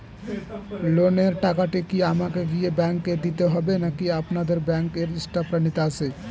লোনের টাকাটি কি আমাকে গিয়ে ব্যাংক এ দিতে হবে নাকি আপনাদের ব্যাংক এর স্টাফরা নিতে আসে?